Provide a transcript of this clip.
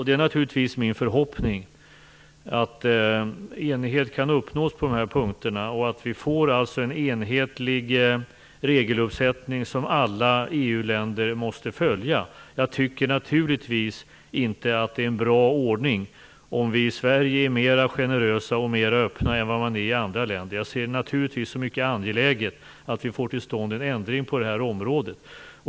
Det är naturligtvis min förhoppning att enighet kan uppnås på dessa punkter och att vi får en enhetlig regeluppsättning som alla EU-länder måste följa. Jag anser givetvis inte att det är en bra ordning om vi i Sverige är mer generösa och mer öppna än vad man är i andra länder. Jag ser det som mycket angeläget att vi får till stånd en ändring på detta område.